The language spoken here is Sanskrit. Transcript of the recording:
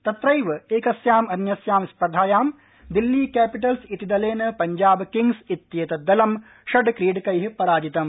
तत्रैव एकस्याम् अन्यस्यां स्पर्धायां दिल्ली कैपिटल्स इति दलेन पंजाब किंग्स इत्येतद् दलं षड्क्रीडकै पराजितम्